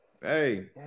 Hey